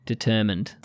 Determined